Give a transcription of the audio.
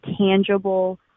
tangible